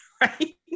right